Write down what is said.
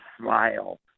smile